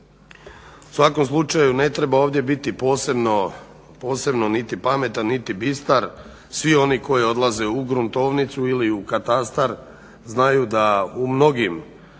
U svakom slučaju ne treba ovdje biti posebno niti pametan niti bistar, svi oni koji odlaze u gruntovnicu ili u katastar znaju da u mnogim